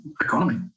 economy